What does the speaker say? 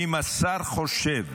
ואם השר חושב